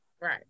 Right